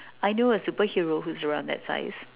I know a superhero who's around that size